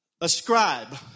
Ascribe